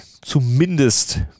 zumindest